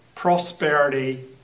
prosperity